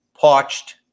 parched